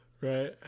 right